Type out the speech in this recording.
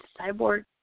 cyborg